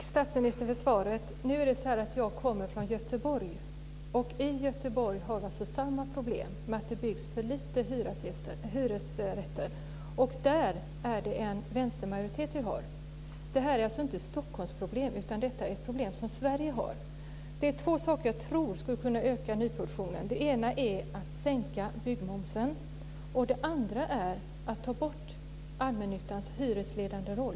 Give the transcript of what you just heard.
Fru talman! Tack statsministern för svaret! Nu är det så att jag kommer från Göteborg, och i Göteborg har vi samma problem med att det byggs för lite hyresrätter. Och där är det en vänstermajoritet. Det här är alltså inte ett Stockholmsproblem, utan detta är ett problem som Sverige har. Det finns två åtgärder som jag tror skulle kunna öka nyproduktionen. Den ena är att sänka byggmomsen. Den andra är att ta bort allmännyttans hyresledande roll.